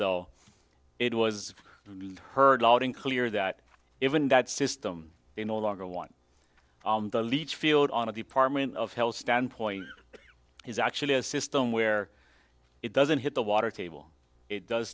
though it was heard loud and clear that even that system they no longer want the leach field on a department of health standpoint is actually a system where it doesn't hit the water table it does